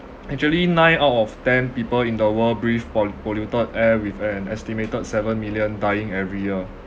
actually nine out of ten people in the world breathe poll~ polluted air with an estimated seven million dying every year